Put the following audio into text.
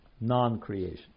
non-creation